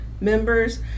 members